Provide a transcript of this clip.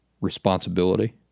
responsibility